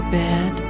bed